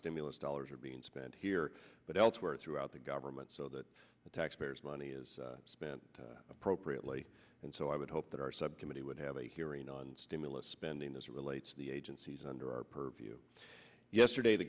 stimulus dollars are being spent here but elsewhere throughout the government so that the taxpayers money is spent appropriately and so i would hope that our subcommittee would have a hearing on stimulus spending this relates to the agencies under our purview yesterday the